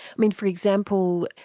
mean, for example,